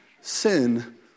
sin